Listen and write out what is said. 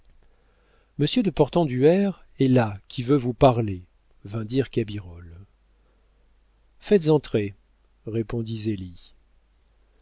de portenduère est là qui veut vous parler vint dire cabirolle faites entrer répondit zélie